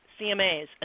CMAs